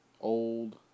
Old